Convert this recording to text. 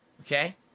Okay